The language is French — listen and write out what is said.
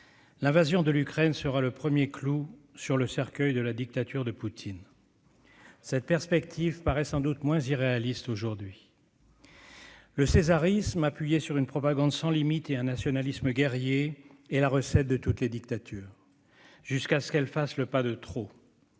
L'invasion de l'Ukraine pourrait bien être le premier clou sur le cercueil de la dictature de Poutine. » Cette perspective paraît sans doute moins irréaliste aujourd'hui. C'est vrai ! Le césarisme appuyé sur une propagande sans limites et un nationalisme guerrier est la recette de toutes les dictatures ; jusqu'à ce qu'elles fassent le pas de trop.